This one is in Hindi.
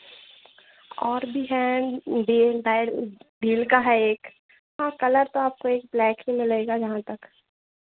और भी है डेल डाइर डेल का है एक हाँ कलर तो आपको एक ब्लैक ही मिलेगा जहाँ तक